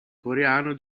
coreano